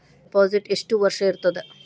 Deposit ಎಷ್ಟು ವರ್ಷ ಇರುತ್ತದೆ?